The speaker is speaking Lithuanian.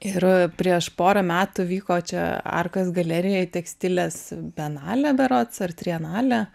ir prieš porą metų vyko čia arkos galerijoj tekstilės bienalė berods ar trienalė